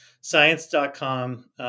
science.com